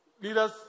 leaders